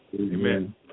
Amen